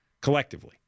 collectively